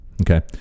Okay